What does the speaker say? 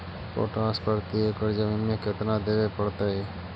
Potash प्रति एकड़ जमीन में केतना देबे पड़तै?